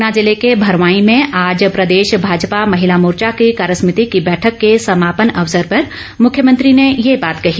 ऊना जिले के भरवाई में आज प्रदेश भाजपा महिला मोर्चो की कार्यसमिति की बैठक के समापन अवसर पर मुख्यमंत्री ने ये बात कही